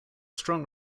strong